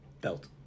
belt